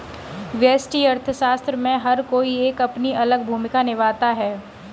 व्यष्टि अर्थशास्त्र में हर कोई एक अपनी अलग भूमिका निभाता है